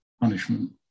punishment